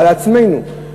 על עצמנו,